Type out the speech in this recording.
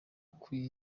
kagame